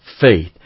faith